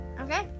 Okay